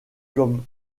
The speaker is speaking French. comme